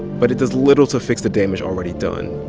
but does little to fix the damage already done.